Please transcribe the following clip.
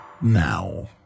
now